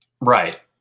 right